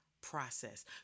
process